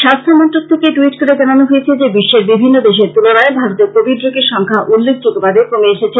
স্বাস্থ্য মন্ত্রক থেকে ট্যুইট করে জানানো হয়েছে যে বিশ্বের বিভিন্ন দেশের তুলনায় ভারতে কোবিড রোগীর সংখ্যা উল্লেখযোগ্যভাবে কমে এসেছে